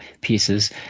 pieces